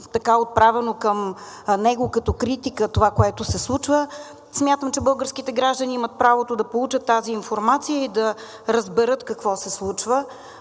не е отправено към него като критика това, което се случва. Смятам, че българските граждани имат правото да получат тази информация и да разберат какво се случва.